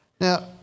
Now